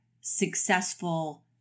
successful